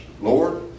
Lord